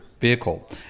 vehicle